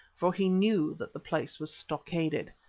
for he knew that the place was stockaded.